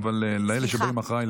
אבל לאלה שבאים אחריי,